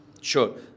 Sure